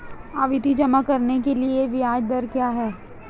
आवर्ती जमा के लिए ब्याज दर क्या है?